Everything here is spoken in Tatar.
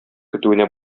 көтүенә